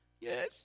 yes